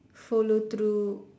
follow through